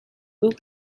luke